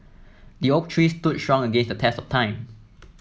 the oak tree stood strong against the test of time